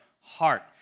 heart